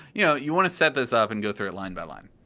yeah you want to set this up and go through it line by line.